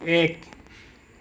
এক